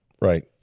right